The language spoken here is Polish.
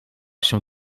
się